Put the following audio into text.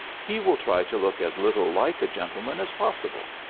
he will try to look as little like a gentleman as possible.